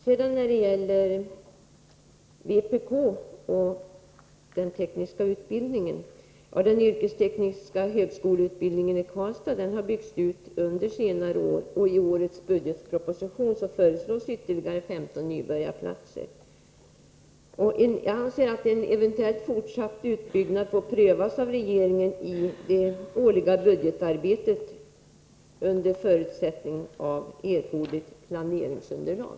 Beträffande vpk och den tekniska utbildningen: Den yrkestekniska högskoleutbildningen i Karlstad har byggts ut under senare år, och i årets 141 budgetproposition föreslås ytterligare 15 nybörjarplatser. Jag anser att en eventuellt fortsatt utbyggnad får prövas av regeringen i det årliga budgetarbetet, under förutsättning att det finns erforderligt planeringsunderlag.